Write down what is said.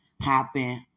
happen